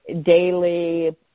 daily